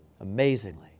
amazingly